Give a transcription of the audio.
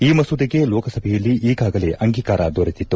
ಈ ಮಸೂದೆಗೆ ಲೋಕಸಭೆಯಲ್ಲಿ ಈಗಾಗಲೇ ಅಂಗೀಕಾರ ದೊರೆತಿತ್ತು